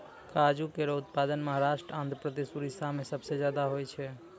काजू केरो उत्पादन महाराष्ट्र, आंध्रप्रदेश, उड़ीसा में सबसे जादा होय छै